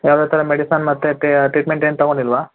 ಯಾವುದೇ ಥರ ಮೆಡಿಸನ್ ಮತ್ತು ಟ್ರೀಟ್ಮೆಂಟ್ ಏನು ತಗೊಂಡಿಲ್ವಾ